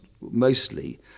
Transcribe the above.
mostly